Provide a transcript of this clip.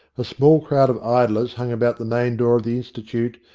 a small crowd of idlers hung about the main door of the institute,